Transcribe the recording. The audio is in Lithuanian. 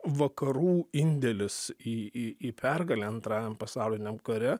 vakarų indėlis į į į pergalę antrajam pasauliniam kare